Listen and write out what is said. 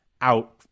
out